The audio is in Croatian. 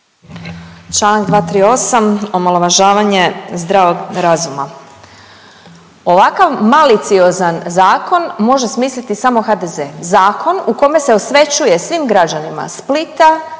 Članak 238., omalovažavanje zdravog razuma. Ovakav maliciozan zakon može smisliti samo HDZ. Zakon u kome se osvećuje svim građanima Splita,